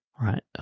Right